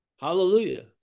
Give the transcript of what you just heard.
Hallelujah